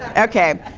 and okay,